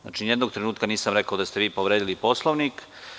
Znači, ni jednog trenutka nisam rekao da ste vi povredili Poslovnik.